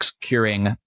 curing